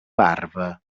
barba